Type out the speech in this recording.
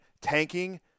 tanking